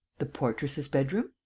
the portress' bedroom?